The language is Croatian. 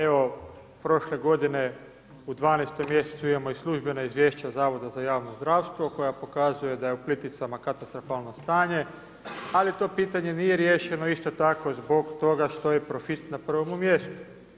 Evo prošle godine u 12 mjesecu imamo i službena izvješća Zavoda za javno zdravstvo koja pokazuje da je u Plitvicama katastrofalno stanje, ali to pitanje nije riješeno isto tako zbog toga što je profit na prvomu mjestu.